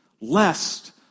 lest